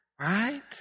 right